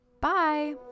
Bye